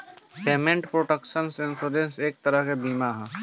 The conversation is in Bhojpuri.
पेमेंट प्रोटेक्शन इंश्योरेंस एक तरह के बीमा ह